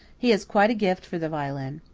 he has quite a gift for the violin.